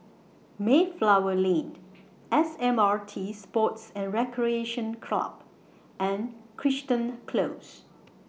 Mayflower Lane S M R T Sports and Recreation Club and Crichton Close